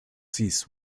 seized